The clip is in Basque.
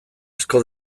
asko